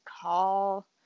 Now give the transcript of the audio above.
Call